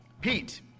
Pete